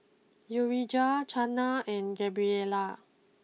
Urijah Chana and Gabriella